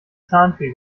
zahnfee